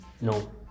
No